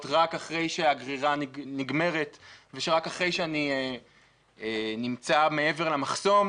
רק אחרי שהגרירה נגמרת ורק אחרי שאני נמצא מעבר למחסום